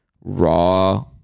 raw